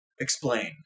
explain